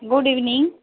good evening